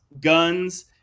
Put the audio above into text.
guns